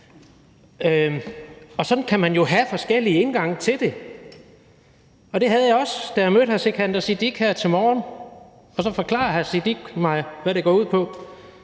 Sådan kan man jo have forskellige indgange til det, og det havde jeg også, da jeg mødte hr. Sikandar Siddique her til morgen. Så forklarer hr. Sikandar Siddique mig, hvad det går ud på,